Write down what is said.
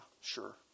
sure